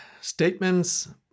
statements